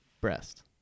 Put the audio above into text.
breast